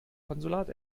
konsulat